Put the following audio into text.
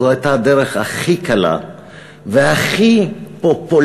זו הייתה הדרך הכי קלה והכי פופוליסטית.